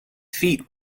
feat